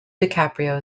dicaprio